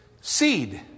seed